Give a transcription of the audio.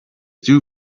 dew